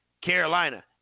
Carolina